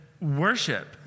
worship